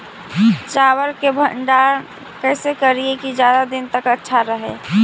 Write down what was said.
चावल के भंडारण कैसे करिये की ज्यादा दीन तक अच्छा रहै?